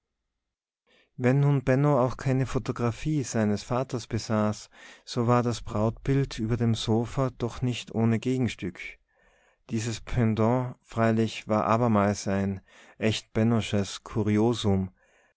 wenn nun benno auch keine photographie seines vaters besaß so war das brautbild über dem sofa doch nicht ohne gegenstück dieses pendant freilich war abermals ein echt bennosches